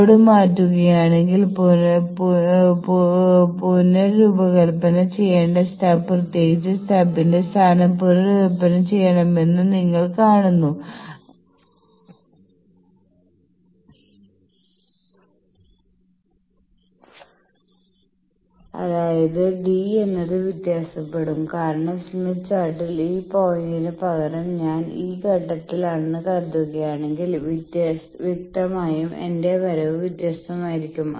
load മാറ്റുകയാണെങ്കിൽ പുനർരൂപകൽപ്പന ചെയ്യേണ്ട സ്റ്റബ് പ്രത്യേകിച്ച് സ്റ്റബ്ന്റെ സ്ഥാനം പുനർരൂപകൽപ്പന ചെയ്യണമെന്ന് നിങ്ങൾ കാണുന്നു അതായത് d എന്നത് വ്യത്യാസപ്പെടും കാരണം സ്മിത്ത് ചാർട്ടിൽ ഈ പോയിന്റിന് പകരം ഞാൻ ഈ ഘട്ടത്തിലാണെന്ന് കരുതുകയാണെങ്കിൽ വ്യക്തമായും എന്റെ വരവ് വ്യത്യസ്തമായിരിക്കും